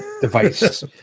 device